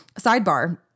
Sidebar